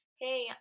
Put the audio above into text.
hey